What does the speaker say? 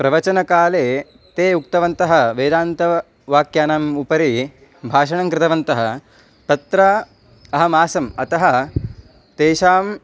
प्रवचनकाले ते उक्तवन्तः वेदान्तवाक्यानाम् उपरि भाषणं कृतवन्तः तत्र अहमासम् अतः तेषां